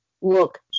look